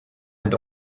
and